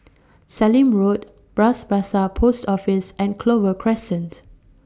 Sallim Road Bras Basah Post Office and Clover Crescent